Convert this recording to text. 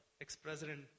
ex-president